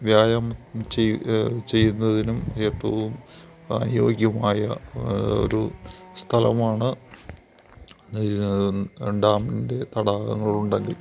വ്യായാമം ചെയ്യുക ചെയ്യുന്നതിനും ഏറ്റോം പ്രായോഗ്യവുമായ ഒരു സ്ഥലമാണ് നീന്താൻ വേണ്ടി തടാകങ്ങളുണ്ടെങ്കിൽ